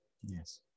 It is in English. yes